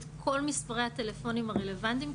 את כל מספרי הטלפונים הרלוונטיים,